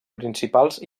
principals